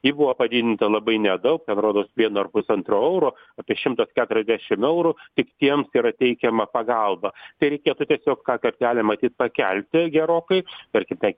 ji buvo padidinta labai nedaug ten rodos vienu ar pusantro euro apie šimtas keturiasdešim eurų tik tiems yra teikiama pagalba tai reikėtų tiesiog tą kartelę matyt pakelti gerokai tarkim ten